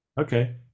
okay